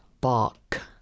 bark